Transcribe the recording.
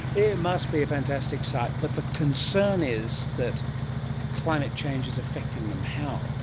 it must be a fantastic sight. but the concern is that climate change is affecting them. how?